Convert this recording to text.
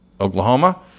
Oklahoma